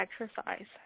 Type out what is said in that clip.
exercise